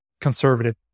conservative